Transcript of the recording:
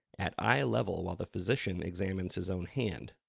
at eye-level while the physician examines his own hand,